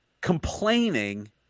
complaining